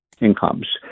incomes